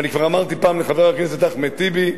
ואני כבר אמרתי פעם לחבר הכנסת אחמד טיבי,